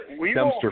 dumpster